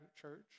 church